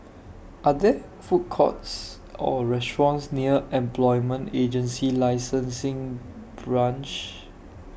Are There Food Courts Or restaurants near Employment Agency Licensing Branch